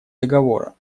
договора